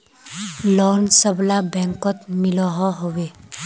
Loan सबला बैंकोत मिलोहो होबे?